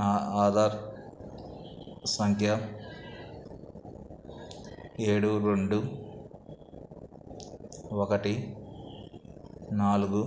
నా ఆధార్ సంఖ్య ఏడు రెండు ఒకటి నాలుగు